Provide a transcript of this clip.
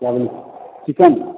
क्या बोले चिकन